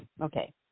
okay